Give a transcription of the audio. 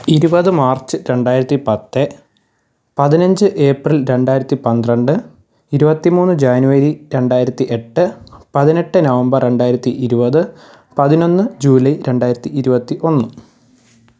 ഇരുപത് മാർച്ച് രണ്ടായിരത്തി പത്ത് പതിനഞ്ച് ഏപ്രിൽ രണ്ടായിരത്തി പന്ത്രണ്ട് ഇരുപത്തിമൂന്ന് ജനുവരി രണ്ടായിരത്തി എട്ട് പതിനെട്ട് നവംബർ രണ്ടായിരത്തി ഇരുപത് പതിനൊന്ന് ജൂലൈ രണ്ടായിരത്തി ഇരുപത്തി ഒന്ന്